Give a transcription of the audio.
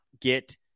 get